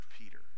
Peter